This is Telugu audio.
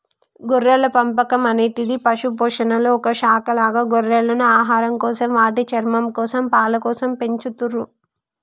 గొర్రెల పెంపకం అనేటిది పశుపోషణలొ ఒక శాఖ అలాగే గొర్రెలను ఆహారంకోసం, వాటి చర్మంకోసం, పాలకోసం పెంచతుర్రు